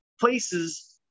places